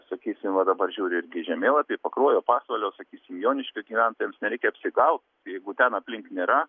sakysim va dabar žiūriu irgi į žemėlapį pakruojo pasvalio sakysim joniškio gyventojams nereikia apsigaut jeigu ten aplink nėra